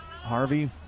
Harvey